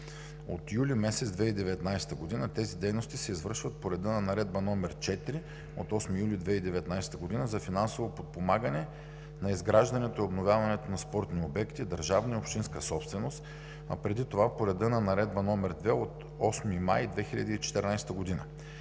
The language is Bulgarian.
От месец юли 2019 г. тези дейности се извършват по реда на Наредба № 4 от 8 юли 2019 г. за финансово подпомагане на изграждането и обновяването на спортни обекти държавна и общинска собственост, а преди това по реда на Наредба № 2 от 8 май 2014 г.